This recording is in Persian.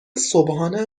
صبحانه